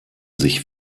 sich